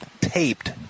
taped